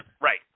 Right